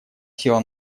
села